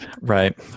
Right